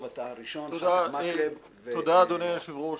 אדוני היושב-ראש,